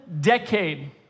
decade